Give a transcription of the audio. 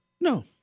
No